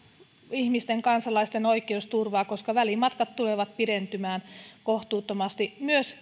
ihmisten kansalaisten oikeusturvaa koska välimatkat tulevat pidentymään kohtuuttomasti myös